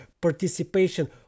participation